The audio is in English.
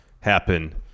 happen